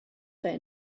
they